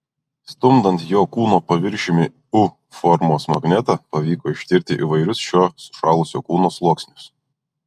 stumdant jo kūno paviršiumi u formos magnetą pavyko ištirti įvairius šio sušalusio kūno sluoksnius